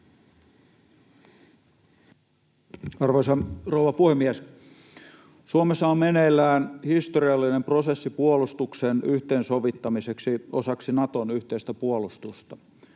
Arvoisa rouva puhemies! Suomessa on meneillään historiallinen prosessi puolustuksen yhteensovittamiseksi osaksi Naton yhteistä puolustusta.